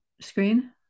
screen